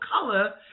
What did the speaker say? color